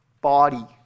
body